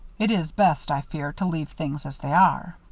it is best, i fear, to leave things as they are.